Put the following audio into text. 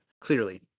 clearly